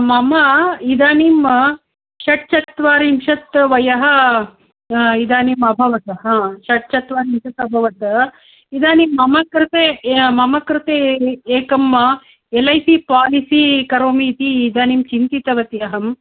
मम इदानीं षट्चत्वारिंशत् वयः इदानीं अभवत् षट्चत्वारिंशत् अभवत् इदानीं मम कृते मम कृते एकम् एल् ऐ सी पालिसि करोमि इति इदानीं चिन्तितवती अहं